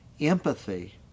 empathy